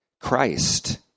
Christ